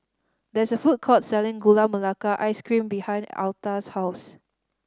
there is a food court selling Gula Melaka Ice Cream behind Altha's house